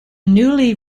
newly